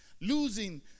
Losing